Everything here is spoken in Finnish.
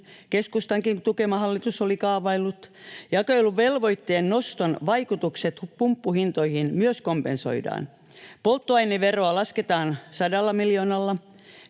keskustankin tukema hallitus oli kaavaillut. Jakeluvelvoitteen noston vaikutukset pumppuhintoihin myös kompensoidaan. Polttoaineveroa lasketaan 100 miljoonalla.